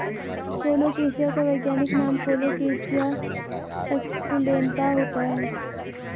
colocasia का वैज्ञानिक नाम कोलोकेशिया एस्कुलेंता होता है